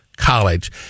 college